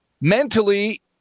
Mentally